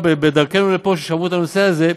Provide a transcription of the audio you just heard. בדרכנו לפה, כששמעו את הנושא הזה,